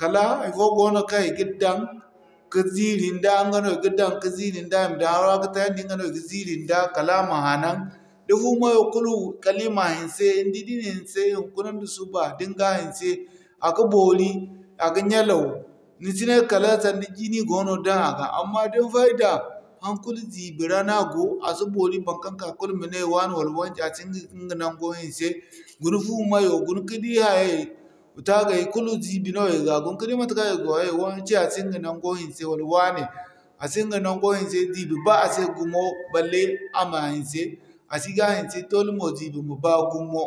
kala haifo goono kaŋ i ga daŋ ka ziiri nda ɲga no i ga daŋ ka ziiri nda i ma daŋ haro ra ka tayandi ɲga no i ga ziiri nda kala a ma hanan. Da fu mayo kulu, kala i ma hinse ni di di'na hinse hunkuna nda suba da ni ga hinse a ga boori a ga ɲyalaw, ni si ne kala sanda jii no i go no daŋ a ga. Amma da ni fayda, hana kulu ziibi ra no a go, a si boori baŋkaŋ ka kulu ma ne waane wala wance a sino ka ɲga naŋgo hinse. Guna fu mayo, guna ka di hayey, tagay, kulu ziibi no i ga guna ka di matekaŋ i go. Hay wance a ɲga naŋgo hinse wala waane a si ɲga naŋgo hinse ziibo ba a se gumo, balle a ma hinse a si ga hinse dole mo ziibi ma baa gumo.